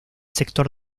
sector